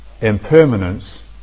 impermanence